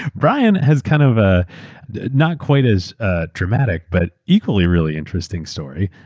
brian has kind of ah not quite as ah traumatic but equally really interesting story.